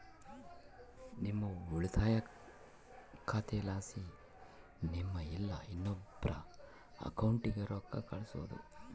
ನಿಮ್ಮ ಉಳಿತಾಯ ಖಾತೆಲಾಸಿ ನಿಮ್ಮ ಇಲ್ಲಾ ಇನ್ನೊಬ್ರ ಅಕೌಂಟ್ಗೆ ರೊಕ್ಕ ಕಳ್ಸೋದು